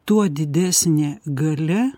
tuo didesnė galia